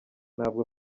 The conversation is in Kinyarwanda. ntabwo